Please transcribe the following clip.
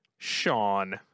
sean